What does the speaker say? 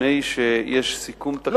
לפני שיש סיכום תקציבי,